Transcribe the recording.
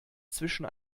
zwischen